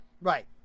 Right